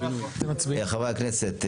חברי הכנסת,